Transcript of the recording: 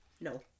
No